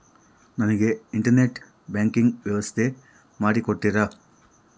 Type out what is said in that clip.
ನನಗೆ internet banking ವ್ಯವಸ್ಥೆ ಮಾಡಿ ಕೊಡ್ತೇರಾ?